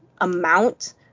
amount